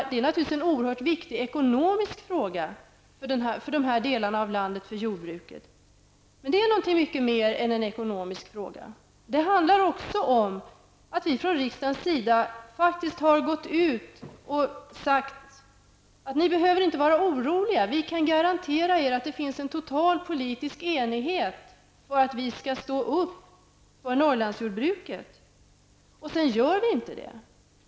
Det är naturligtvis en oerhört viktig ekonomisk fråga för jordbruket i de här delarna av landet, men det är någonting mycket mer än en ekonomisk fråga. Det handlar också om att vi från riksdagens sida faktiskt har gått ut och sagt: Ni behöver inte vara oroliga! Vi garanterar er att det finns en total politisk enighet och att vi skall stå upp för Sedan gör vi inte det.